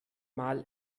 mal